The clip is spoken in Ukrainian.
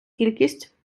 кількість